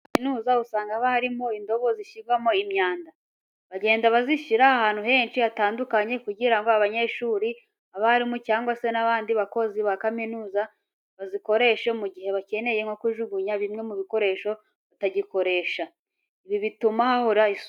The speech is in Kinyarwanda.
Muri kaminuza usanga haba harimo indobo zishyirwamo imyanda. Bagenda bazishyira ahantu henshi hatandukanye kugira ngo abanyeshuri, abarimu cyangwa se n'abandi bakozi ba kaminuza bazikoreshe mu gihe bakeneye nko kujugunya bimwe mu bikoresho baba batagikoresha. Ibi bituma hahora isuku.